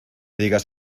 digas